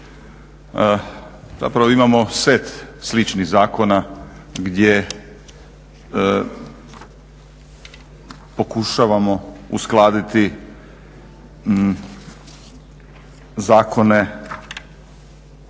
zapravo imamo set sličnih zakona gdje pokušavamo uskladiti zakone